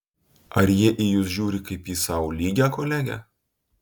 ar jie į jus žiūri kaip į sau lygią kolegę